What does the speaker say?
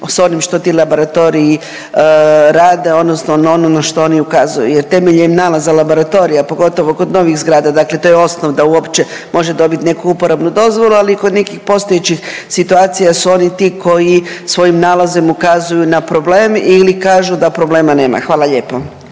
s onim što ti laboratoriji rade odnosno na ono što oni ukazuju? Jer temeljem nalaza laboratorija pogotovo kod novih zgrada dakle to je osnov da uopće može dobit neku uporabnu dozvolu, ali i kod nekih postojećih situacija su oni ti koji svojim nalazom ukazuju na problem ili kažu da problema nema. Hvala lijepo.